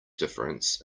difference